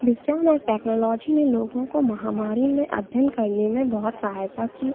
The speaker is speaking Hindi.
विज्ञान और टेक्नोलॉजी ने लोगों को महामारी में अध्ययन करने में बहुत सहायता की